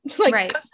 Right